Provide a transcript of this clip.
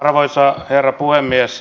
arvoisa herra puhemies